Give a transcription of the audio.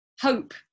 hope